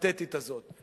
פתטית הזאת.